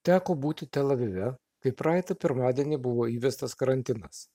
teko būti tel avive kai praeitą pirmadienį buvo įvestas karantinas